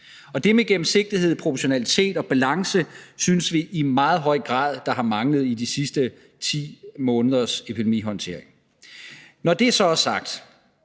Det med gennemsigtighed, proportionalitet og balance synes vi i meget høj grad har manglet i de sidste 10 måneders epidemihåndtering. Når det så er sagt,